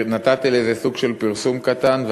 נתתי לזה סוג של פרסום קטן,